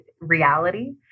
reality